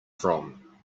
from